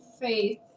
Faith